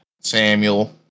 Samuel